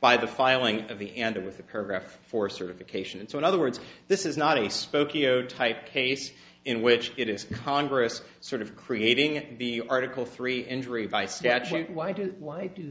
by the filing of the end of with a paragraph for certification and so in other words this is not a spokeo type case in which it is congress sort of creating it the article three injury by statute why do why do